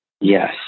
Yes